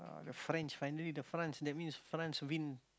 French finally the France that means France win